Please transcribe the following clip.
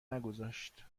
نگذاشت